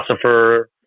philosopher